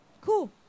cool